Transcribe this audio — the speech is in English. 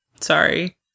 sorry